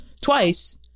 Twice